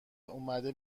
اومده